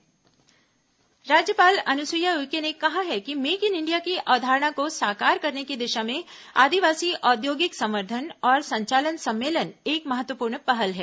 राज्यपाल सम्मेलन राज्यपाल अनुसुईया उइके ने कहा है कि मेक इन इंडिया की अवधारणा को साकार करने की दिशा में आदिवासी औद्योगिक संवर्धन और संचालन सम्मेलन एक महत्वपूर्ण पहल है